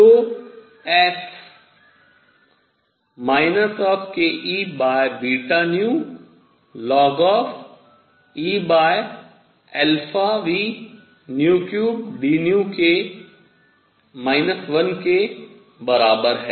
तो S kEβνln⁡EαV3dν 1 के बराबर है